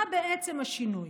מה בעצם השינוי?